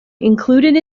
included